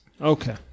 Okay